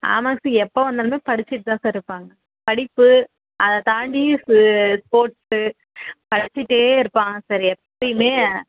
ஆமாங்க சார் எப்போ வந்தாலுமே படிச்சிட்டு தான் சார்ருப்பாங்க படிப்பு அதை தாண்டி சு ஸ்போர்ட்ஸு படித்துட்டே இருப்பான் சார் எப்போயுமே